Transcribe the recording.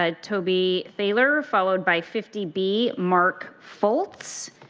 ah toby baylor followed by fifty b, mark foltz,